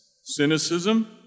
cynicism